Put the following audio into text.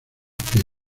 pies